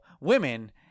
women